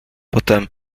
potem